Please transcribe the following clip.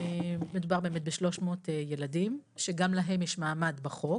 מדובר באמת ב-300 ילדים, שגם להם יש מעמד בחוק.